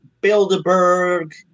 Bilderberg